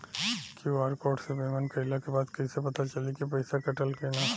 QR code से payment कईला के बाद कईसे पता चली की पैसा कटल की ना?